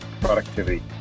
productivity